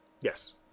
Yes